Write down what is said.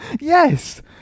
Yes